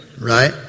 Right